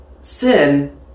Sin